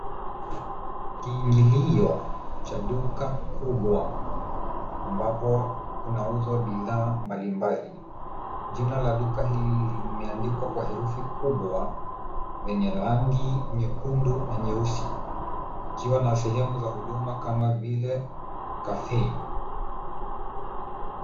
Kiingilio cha duka kubwa ambapo kunauzwa bidhaa mbalimbali. Jina la duka hili limeandikwa kwa herufi kubwa lenye rangi nyekundu na nyeusi ikiwa na sehemu za huduma kama vile café .